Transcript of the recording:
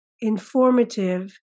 informative